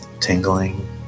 tingling